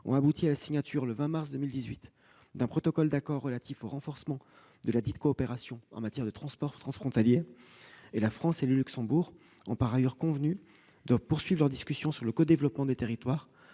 ont abouti à la signature le 20 mars 2018 d'un protocole d'accord relatif au renforcement de ladite coopération en matière de transports transfrontaliers. La France et le Luxembourg sont par ailleurs convenus de poursuivre leurs discussions sur le codéveloppement des territoires